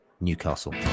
Newcastle